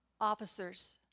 officers